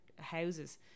houses